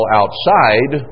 outside